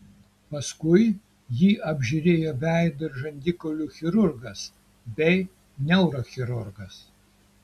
paskui jį apžiūrėjo veido ir žandikaulių chirurgas bei neurochirurgas